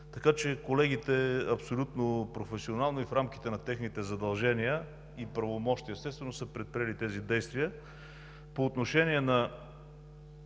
Така че колегите абсолютно професионално и, естествено, в рамките на техните задължения и правомощия са предприели тези действия. По отношение на